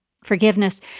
Forgiveness